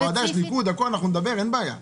בוועדה יש ניקוד, אנחנו נדבר, אין בעיה.